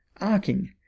arcing